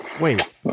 Wait